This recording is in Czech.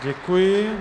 Děkuji.